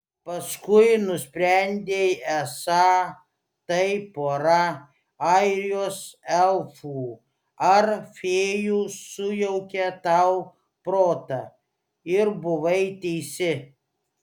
paskui nusprendei esą tai pora airijos elfų ar fėjų sujaukė tau protą ir buvai teisi